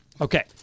Okay